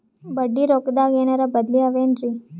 ಬಡ್ಡಿ ರೊಕ್ಕದಾಗೇನರ ಬದ್ಲೀ ಅವೇನ್ರಿ?